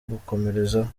gukomerezaho